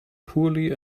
poorly